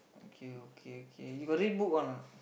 okay okay okay you got read book or not